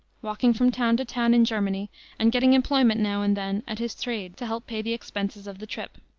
walking from town to town in germany and getting employment now and then at his trade to help pay the expenses of the trip.